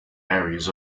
areas